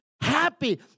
happy